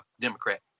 Democrat